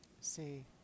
See